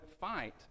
fight